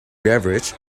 beverage